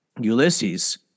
Ulysses